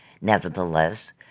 Nevertheless